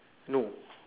no